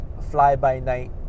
fly-by-night